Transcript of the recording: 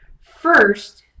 First